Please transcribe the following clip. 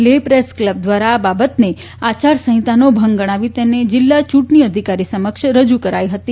Leh press club દ્વારા આ બાબતને આચારસંહિતાનો ભંગ ગણાવી તેને જિલ્લા ચૂંટણી અધિકારી સમક્ષ રજૂ કરાઈ હતી